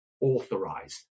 authorized